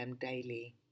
daily